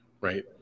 right